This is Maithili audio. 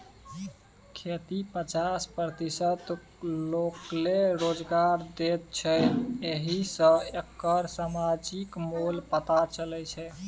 खेती पचास प्रतिशत लोककेँ रोजगार दैत छै एहि सँ एकर समाजिक मोल पता चलै छै